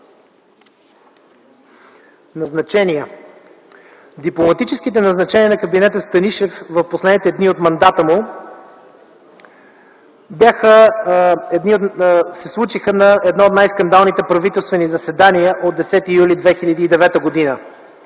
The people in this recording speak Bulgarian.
Назначения. Дипломатическите назначения на кабинета Станишев в последните дни от мандата му се случиха на едно от най-скандалните правителствени заседания, от 10 юли 2009 г., за